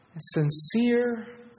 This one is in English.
sincere